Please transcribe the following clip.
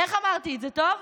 איך אמרתי את זה, טוב?